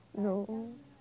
no